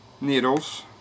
needles